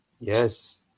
Yes